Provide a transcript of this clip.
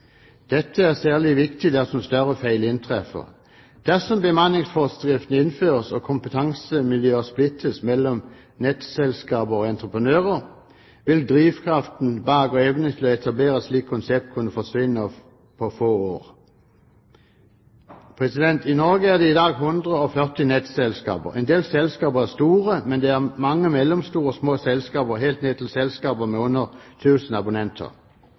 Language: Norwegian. Dette er særlig viktig dersom større feil inntreffer. Dersom bemanningsforskriftene innføres og kompetansemiljøer splittes mellom nettselskaper og entreprenører, vil drivkraften bak og evnen til å etablere et slikt konsept kunne forsvinne på få år. I Norge er det i dag 140 nettselskaper. En del selskaper er store, men det er mange mellomstore og små selskaper helt ned til selskaper med under 1 000 abonnenter.